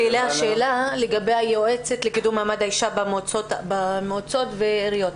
יש לי שאלה לגבי היועצת לקידום מעמד האישה במועצות והעיריות.